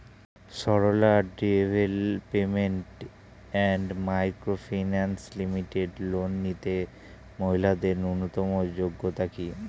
Sarala development and micro finance limited loan নিতে মহিলাদের ন্যূনতম যোগ্যতা কী?